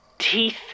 teeth